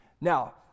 Now